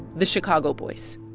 the chicago boys